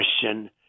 question